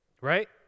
Right